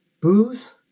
booze